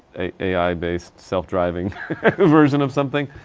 a i. based, self-driving version of something.